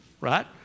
right